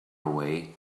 away